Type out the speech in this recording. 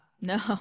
No